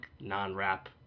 non-rap